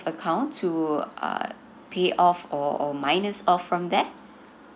account to uh pay off or or minus off from that